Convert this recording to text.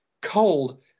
cold